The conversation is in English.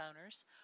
Owners